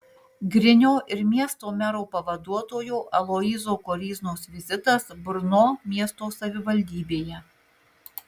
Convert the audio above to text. grinio ir miesto mero pavaduotojo aloyzo koryznos vizitas brno miesto savivaldybėje